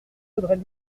audrey